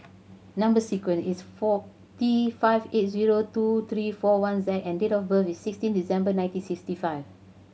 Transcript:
number sequence is four T five eight zero two three four one Z and date of birth is sixteen December nineteen sixty five